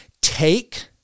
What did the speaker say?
take